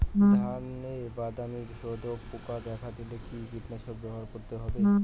ধানে বাদামি শোষক পোকা দেখা দিলে কি কীটনাশক ব্যবহার করতে হবে?